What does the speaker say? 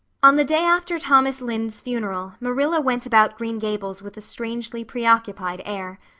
on the day after thomas lynde's funeral marilla went about green gables with a strangely preoccupied air.